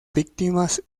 víctimas